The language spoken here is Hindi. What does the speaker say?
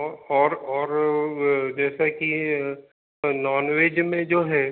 और और जैसे कि नॉनवेज में जो है